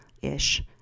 ish